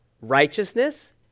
righteousness